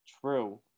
True